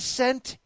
sent